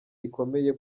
rikomeye